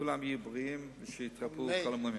יהיו בריאים ויתרפאו כל המומים.